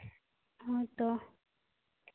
ᱦᱳᱭ ᱛᱚ